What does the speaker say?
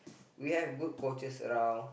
we have good coaches around